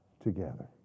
together